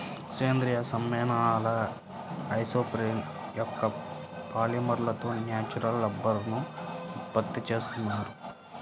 సేంద్రీయ సమ్మేళనాల ఐసోప్రేన్ యొక్క పాలిమర్లతో న్యాచురల్ రబ్బరుని ఉత్పత్తి చేస్తున్నారు